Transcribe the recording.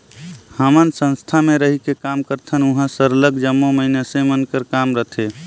हमन संस्था में रहिके काम करथन उहाँ सरलग जम्मो मइनसे मन कर काम रहथे